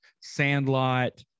Sandlot